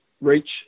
reach